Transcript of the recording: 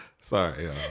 Sorry